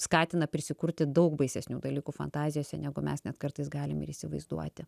skatina prisikurti daug baisesnių dalykų fantazijose negu mes net kartais galim ir įsivaizduoti